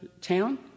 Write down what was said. town